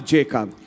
Jacob